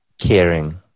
caring